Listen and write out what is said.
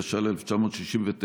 התש"ל 1969,